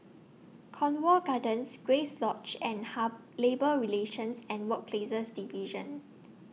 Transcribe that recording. Cornwall Gardens Grace Lodge and Labour Relations and Workplaces Division